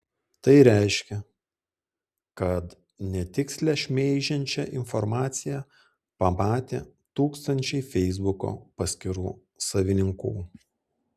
tai reiškia kad netikslią šmeižiančią informaciją pamatė tūkstančiai feisbuko paskyrų savininkų